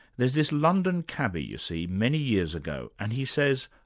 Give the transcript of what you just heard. there's this london cabbie you see many years ago and he says,